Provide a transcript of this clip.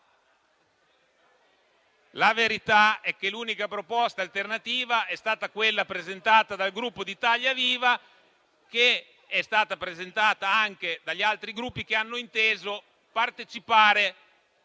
La verità è che l'unica proposta alternativa è stata quella presentata dal Gruppo Italia Viva e anche da altri Gruppi che hanno inteso partecipare